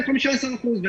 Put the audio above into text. הוא 15%. הבנו,